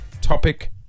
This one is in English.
Topic